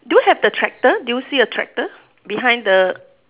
do you have the tractor do you see a tractor behind the